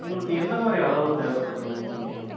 உங்களுக்கு எந்த மாதிரி அளவு தேவைப்படுது ஒவ்வொன்றுலையும்